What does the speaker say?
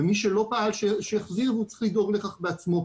ומי שלא פעל שיחזירו צריך לדאוג לכך בעצמו.